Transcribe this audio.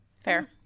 Fair